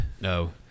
No